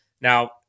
Now